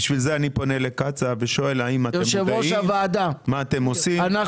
בשביל זה אני פונה לקצב ואני שואל האם אתם מודעים למה שאתם עושים?